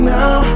now